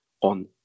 on